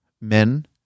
Men